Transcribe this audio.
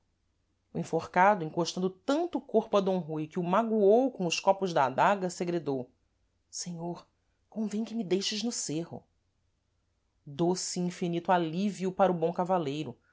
o enforcado encostando tanto o corpo a d rui que o magoou com os copos da adaga segredou senhor convêm que me deixeis no cêrro doce e infinito alívio para o bom